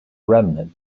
remnant